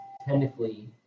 technically